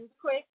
Quick